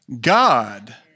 God